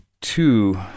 two